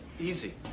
Easy